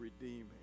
redeeming